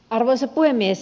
arvoisa puhemies